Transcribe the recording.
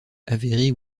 avérée